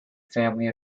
family